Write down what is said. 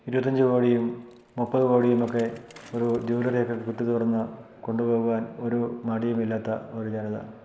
ഇരുപത്തഞ്ച് കോടിയും മുപ്പത് കോടിയുമൊക്കെ ഒരു ജ്വലറിയൊക്കെ കുത്തിത്തുറന്നു കൊണ്ടു പോകുവാൻ ഒരു മടിയുമില്ലാത്ത ഒരു ജനത